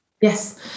yes